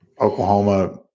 Oklahoma